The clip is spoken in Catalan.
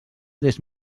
des